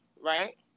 right